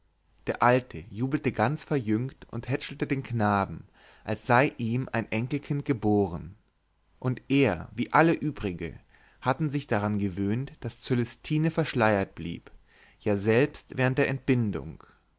der alte jubelte ganz verjüngt und hätschelte den knaben als sei ihm ein enkelkind geboren und er wie alle übrige hatten sich daran gewöhnt daß cölestine verschleiert blieb ja selbst während der entbindung